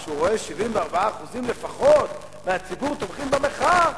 כשהוא רואה ש-74% מהציבור לפחות תומכים במחאה,